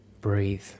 Breathe